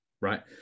Right